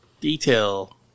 detail